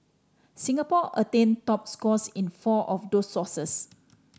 Singapore attained top scores in four of those sources